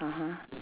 (uh huh)